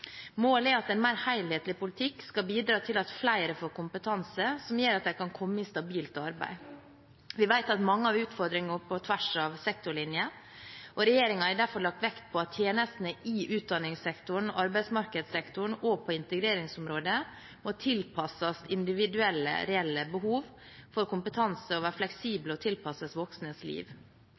Målet er at en mer helhetlig politikk skal bidra til at flere får kompetanse som gjør at de kan komme i stabilt arbeid. Vi vet at mange har utfordringer på tvers av sektorlinjer, og regjeringen har derfor lagt vekt på at tjenestene i utdanningssektoren, arbeidsmarkedssektoren og på integreringsområdet må tilpasses individuelle, reelle behov for kompetanse, være fleksible og tilpasses voksnes liv.